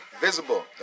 Visible